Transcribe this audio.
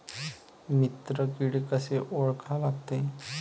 मित्र किडे कशे ओळखा लागते?